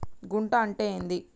గుంట అంటే ఏంది?